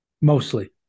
Mostly